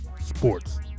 Sports